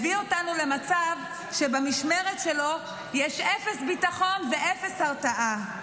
הביא אותנו למצב שבמשמרת שלו יש אפס ביטחון ואפס הרתעה.